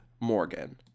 Morgan